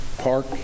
Park